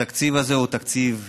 התקציב הזה הוא תקציב גדול,